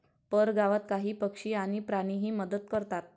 परगावात काही पक्षी आणि प्राणीही मदत करतात